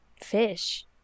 fish